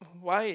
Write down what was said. why